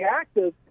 active